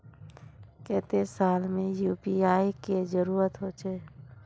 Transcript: केते साल में यु.पी.आई के जरुरत होचे?